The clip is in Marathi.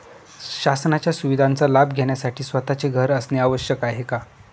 शासनाच्या सुविधांचा लाभ घेण्यासाठी स्वतःचे घर असणे आवश्यक आहे का?